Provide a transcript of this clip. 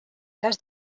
cas